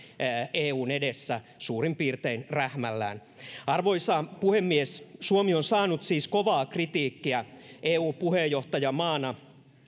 eun edessä suurin piirtein rähmällänne arvoisa puhemies suomi on saanut siis kovaa kritiikkiä eun puheenjohtajamaana